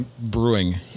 brewing